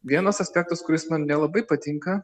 vienas aspektas kuris man nelabai patinka